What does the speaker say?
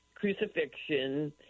crucifixion